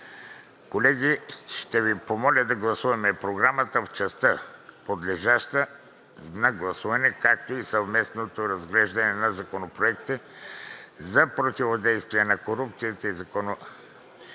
Колеги, ще Ви помоля да гласуваме Програмата в частта, подлежаща на гласуване, както и съвместното разглеждане на законопроектите за противодействие на корупцията и законопроектите